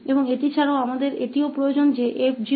और इसके अलावा हमें यह भी चाहिए कि 𝑓 0 है